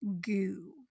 goo